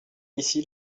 ici